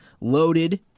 loaded